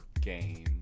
game